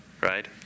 right